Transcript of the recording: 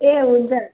ए हुन्छ